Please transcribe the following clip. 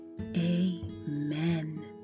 amen